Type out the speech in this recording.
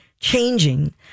Changing